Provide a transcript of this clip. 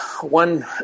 one